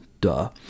Duh